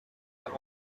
have